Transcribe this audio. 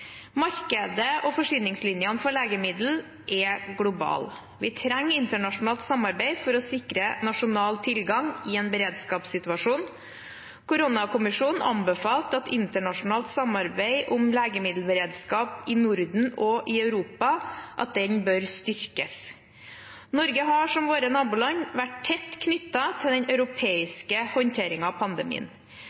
Markedet og forsyningslinjene for legemidler er globale. Vi trenger internasjonalt samarbeid for å sikre nasjonal tilgang i en beredskapssituasjon. Koronakommisjonen anbefalte at internasjonalt samarbeid om legemiddelberedskap i Norden og i Europa burde styrkes. Norge har, som våre naboland, vært tett knyttet til den europeiske håndteringen av pandemien.